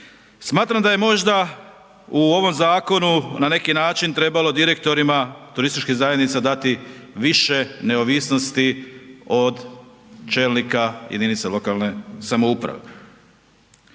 Smatram da je možda u ovom zakonu na neki način trebalo direktorima turističkih zajednica dati više neovisnosti od čelnika jedinica lokalne samouprave.